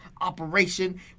operation